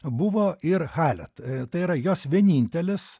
buvo ir halet tai yra jos vienintelės